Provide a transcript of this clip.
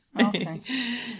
Okay